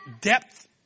depth